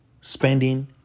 Spending